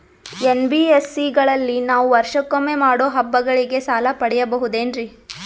NBSC ಗಳಲ್ಲಿ ನಾವು ವರ್ಷಕೊಮ್ಮೆ ಮಾಡೋ ಹಬ್ಬಗಳಿಗೆ ಸಾಲ ಪಡೆಯಬಹುದೇನ್ರಿ?